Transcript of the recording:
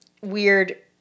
weird